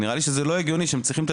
נראה לי שזה לא הגיוני שהם צריכים את